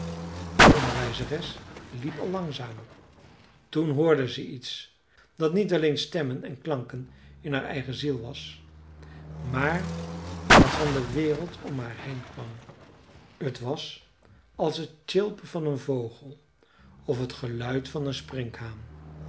de onderwijzeres liep àl langzamer toen hoorde ze iets dat niet alleen stemmen en klanken in haar eigen ziel was maar wat van de wereld om haar heen kwam t was als t tjilpen van een vogel of t geluid van een sprinkhaan